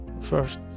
First